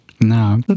Now